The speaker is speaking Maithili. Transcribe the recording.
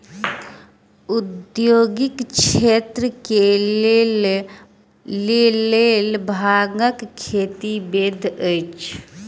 उद्योगक क्षेत्र के लेल भांगक खेती वैध अछि